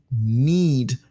need